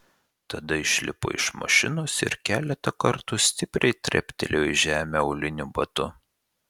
tada išlipo iš mašinos ir keletą kartų stipriai treptelėjo į žemę auliniu batu